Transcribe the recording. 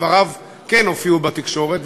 דבריו כן הופיעו בתקשורת,